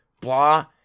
blah